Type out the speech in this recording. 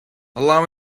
allow